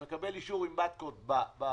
אתה מקבל אישור עם ברקוד ב --- מיקי,